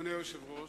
אדוני היושב-ראש,